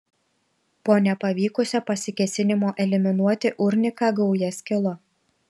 po nepavykusio pasikėsinimo eliminuoti urniką gauja skilo